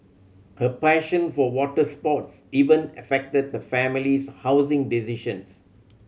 her passion for water sports even affected the family's housing decisions